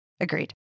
Agreed